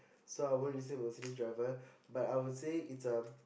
so I would listen to Mercedes driver but I would say it's a